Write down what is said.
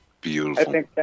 beautiful